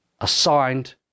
assigned